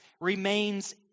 remains